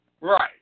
Right